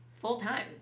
Full-time